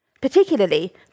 particularly